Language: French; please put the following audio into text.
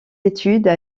études